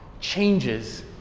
changes